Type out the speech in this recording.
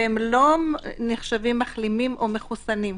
והם לא נחשבים מחלימים או מחוסנים.